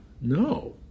No